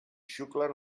xuclen